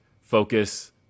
focus